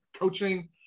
Coaching